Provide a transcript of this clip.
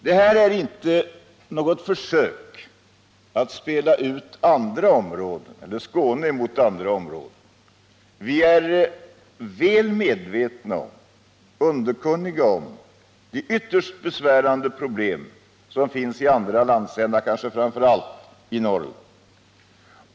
Detta är inte något försök att spela ut Skåne mot andra områden. Vi är väl underkunniga om de ytterst besvärliga problem som finns i andra landsdelar, kanske framför allt i Norrland.